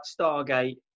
Stargate